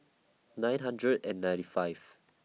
nine hundred and ninety five